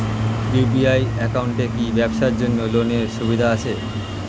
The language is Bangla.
ইউ.পি.আই একাউন্টে কি ব্যবসার জন্য লোনের সুবিধা আছে?